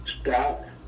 stop